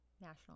national